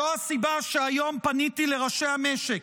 זו הסיבה שהיום פניתי לראשי המשק,